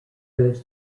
goes